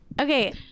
Okay